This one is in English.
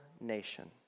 nation